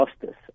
justice